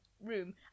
room